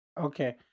Okay